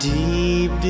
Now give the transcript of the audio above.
deep